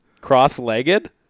Cross-legged